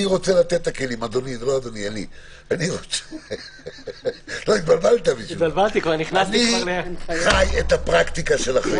אני חי את הפרקטיקה של החיים.